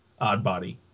Oddbody